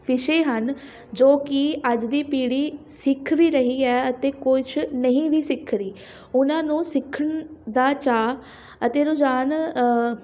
ਵਿਸ਼ੇ ਹਨ ਜੋ ਕਿ ਅੱਜ ਦੀ ਪੀੜੀ ਸਿੱਖ ਵੀ ਰਹੀ ਹੈ ਅਤੇ ਕੁਛ ਨਹੀਂ ਵੀ ਸਿੱਖ ਰਹੀ ਉਹਨਾਂ ਨੂੰ ਸਿੱਖਣ ਦਾ ਚਾਅ ਅਤੇ ਰੁਝਾਨ